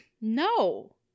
No